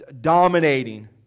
dominating